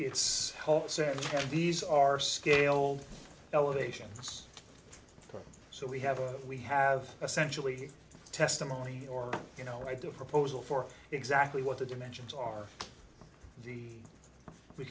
said these are scaled elevations so we have a we have essentially testimony or you know i do a proposal for exactly what the dimensions are